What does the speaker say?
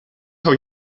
how